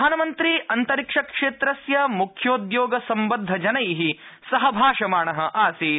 प्रधानमन्त्री अन्तरिक्षक्षेत्रस्य मुख्योद्योग सम्बद्धजनै सह भाषमाण आसीत्